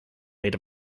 made